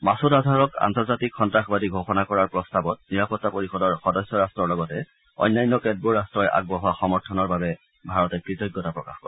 মাছুদ আজহাৰক আন্তৰ্জাতিক সন্তাসবাদী ঘোষণা কৰাৰ প্ৰস্তাৱত নিৰাপত্তা পৰিষদৰ সদস্য ৰাষ্টৰ লগতে অন্যান্য কেতবোৰ ৰাষ্টই আগবঢ়োৱা সমৰ্থনৰ বাবে ভাৰতে কৃতজ্ঞতা প্ৰকাশ কৰে